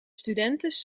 studentes